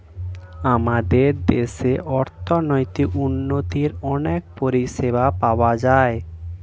আমাদের দেশে অর্থনৈতিক উন্নতির অনেক পরিষেবা পাওয়া যায়